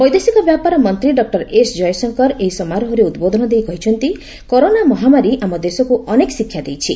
ବୈଦେଶିକ ବ୍ୟାପାର ମନ୍ତ୍ରୀ ଡକ୍ଟର ଏସ୍ ଜୟଶଙ୍କର ଏହି ସମାରୋହରେ ଉଦ୍ବୋଧନ ଦେଇ କହିଛନ୍ତି କରୋନା ମହାମାରୀ ଆମ ଦେଶକୁ ଅନେକ ଶିକ୍ଷା ଦେଇଛି